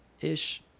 ish